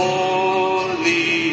Holy